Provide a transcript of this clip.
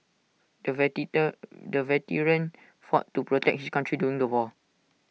the the veteran fought to protect his country during the war